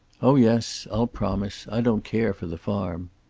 oh yes i'll promise. i don't care for the farm.